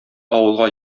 авылга